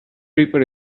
reaper